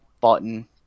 button